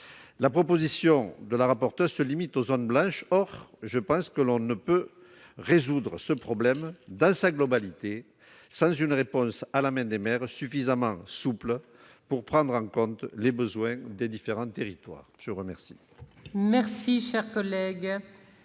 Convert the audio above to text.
La proposition de Mme la rapporteur se limite aux zones blanches ; or je pense que l'on ne peut résoudre ce problème dans sa globalité sans une réponse à la main des maires, suffisamment souple pour prendre en compte les besoins des différents territoires. La parole